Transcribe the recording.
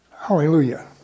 Hallelujah